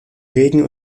regen